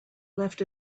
left